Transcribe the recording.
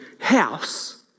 house